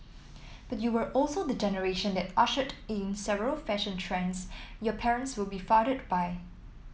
but you were also the generation that ushered in several fashion trends your parents were befuddled by